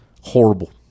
horrible